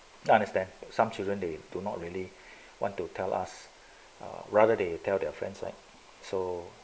understand some children they do not really want to tell us rather they tell their friends right so